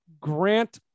Grant